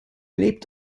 lebt